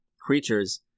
creatures